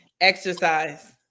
Exercise